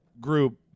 group